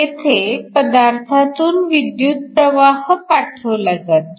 येथे पदार्थातून विद्युत प्रवाह पाठवला जातो